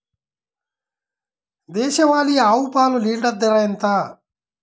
దేశవాలీ ఆవు పాలు లీటరు ధర ఎంత?